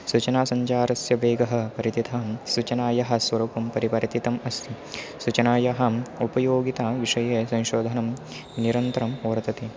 सूचनासञ्चारस्य वेगः वर्धितः सूचनायाः स्वरूपं परिवर्तितम् अस्ति सीूचनायाः उपयोगिता विषये संशोधनं निरन्तरं वर्तते